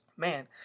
Man